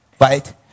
right